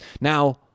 Now